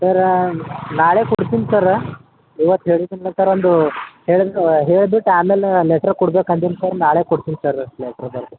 ಸರ ನಾಳೆ ಕೊಡ್ತಿನಿ ಸರ್ ಇವತ್ತು ಹೇಳಿದ್ನಲ್ಲ ಸರ್ ಒಂದು ಹೇಳಿ ಹೇಳ್ಬಿಟ್ಟು ಆಮೇಲೆ ಲೆಟ್ರ್ ಕೊಡ್ಬೇಕು ಅಂದೀನಿ ಸರ್ ನಾಳೆ ಕೊಡ್ತೀನಿ ಸರ್ ಲೆಟ್ರ್ ಬರೆದು